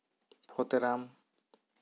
ᱯᱷᱚᱛᱮᱨᱟᱢ